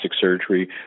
surgery